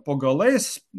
po galais